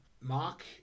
Mark